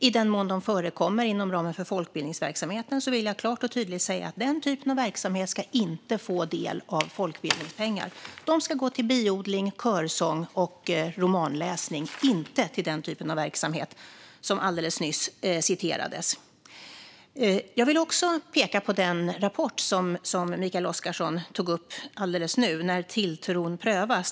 I den mån de förekommer inom ramen för folkbildningsverksamheten vill jag klart och tydligt säga att den typen av verksamhet inte ska få del av folkbildningspengar. De ska gå till bioodling, körsång och romanläsning, inte till den typen av verksamhet som det alldeles nyss refererades till. Jag vill också peka på den rapport som Mikael Oscarsson tog upp, När tilliten prövas .